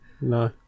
no